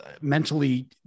mentally